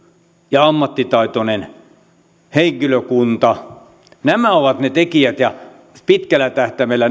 ja ammattitaitoinen henkilökunta nämä ovat ne tekijät ja pitkällä tähtäimellä